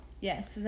Yes